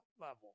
level